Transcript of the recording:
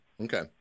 okay